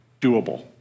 doable